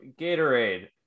Gatorade